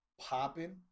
popping